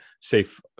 safe